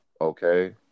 Okay